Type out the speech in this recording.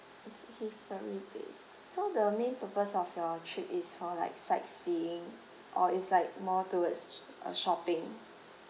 okay historic places so the main purpose of your trip is for like sightseeing or is like more towards uh shopping